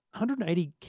180